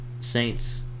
Saints